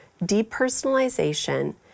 depersonalization